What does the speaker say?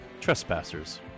trespassers